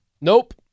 Nope